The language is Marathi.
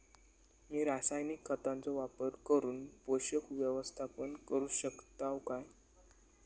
मी रासायनिक खतांचो वापर करून पोषक व्यवस्थापन करू शकताव काय?